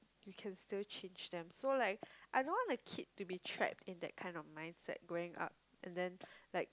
we can still change them so like I don't want a kid to be trapped in that kind of mindset growing up and then like